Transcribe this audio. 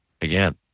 again